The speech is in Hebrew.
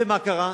ומה קרה?